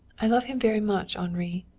i love him very much, henri.